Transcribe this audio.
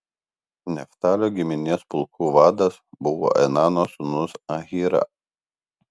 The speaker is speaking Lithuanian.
neftalio giminės pulkų vadas buvo enano sūnus ahyra